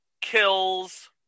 kills